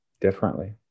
differently